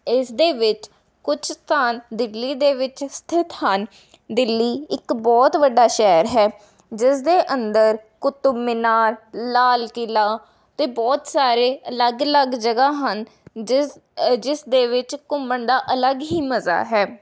ਇਸ ਦੇ ਵਿੱਚ ਕੁਛ ਸਥਾਨ ਦਿੱਲੀ ਦੇ ਵਿੱਚ ਸਥਿਤ ਹਨ ਦਿੱਲੀ ਇੱਕ ਬਹੁਤ ਵੱਡਾ ਸ਼ਹਿਰ ਹੈ ਜਿਸ ਦੇ ਅੰਦਰ ਕੁਤੁਬ ਮੀਨਾਰ ਲਾਲ ਕਿਲ੍ਹਾ ਅਤੇ ਬਹੁਤ ਸਾਰੇ ਅਲੱਗ ਅਲੱਗ ਜਗ੍ਹਾ ਹਨ ਜਿਸ ਜਿਸ ਦੇ ਵਿੱਚ ਘੁੰਮਣ ਦਾ ਅਲੱਗ ਹੀ ਮਜ਼ਾ ਹੈ